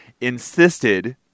insisted